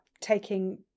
taking